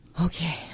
Okay